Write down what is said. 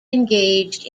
engaged